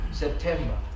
September